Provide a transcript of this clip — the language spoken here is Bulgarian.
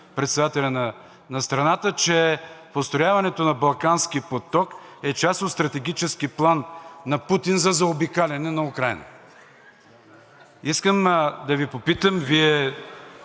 на страната тогава, че построяването на Балкански поток е част от стратегически план на Путин за заобикаляне на Украйна. Искам да Ви попитам: този